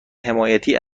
حمایتی